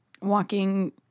walking